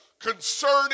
concerning